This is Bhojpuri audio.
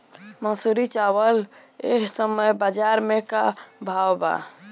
मंसूरी चावल एह समय बजार में का भाव बा?